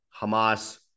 Hamas